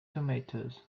tomatoes